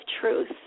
truth